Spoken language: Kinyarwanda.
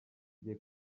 ngiye